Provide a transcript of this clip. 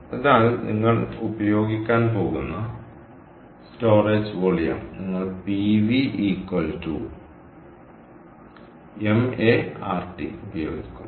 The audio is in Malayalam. അതിനാൽ നിങ്ങൾ ഉപയോഗിക്കാൻ പോകുന്ന സ്റ്റോറേജ് വോളിയം നിങ്ങൾ pv ma R T ഉപയോഗിക്കും